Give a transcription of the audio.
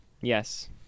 Yes